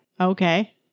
Okay